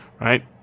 right